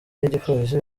n’igipolisi